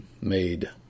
made